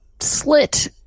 slit